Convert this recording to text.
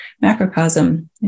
macrocosm